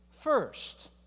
first